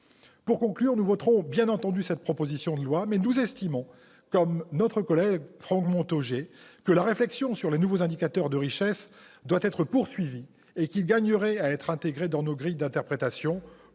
l'évaluation. Nous voterons bien entendu cette proposition de loi organique, mais nous estimons, comme notre collègue Franck Montaugé, que la réflexion sur les nouveaux indicateurs de richesse doit être poursuivie et que ces indicateurs mériteraient d'être intégrés dans nos grilles d'interprétation